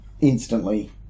instantly